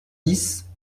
dix